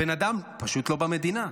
הבן אדם פשוט לא במדינה.